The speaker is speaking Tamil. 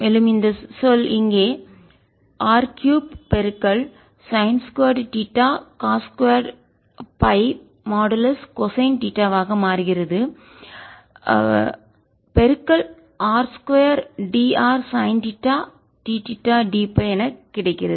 மேலும் இந்த டெர்ம் இங்கே r3 பெருக்கல் சைன்2 theta cos 2 pi modulus cosine theta ஆக மாறுகிறதுபெருக்கல் r 2 dr சைன் தீட்டாdθdФ என கிடைக்கிறது